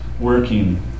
working